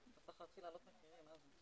אנחנו למעשה בהמשך הדיון הכלכלי מהדיונים